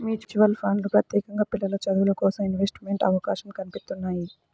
mutual ఫండ్లు ప్రత్యేకంగా పిల్లల చదువులకోసం ఇన్వెస్ట్మెంట్ అవకాశం కల్పిత్తున్నయ్యి